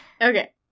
Okay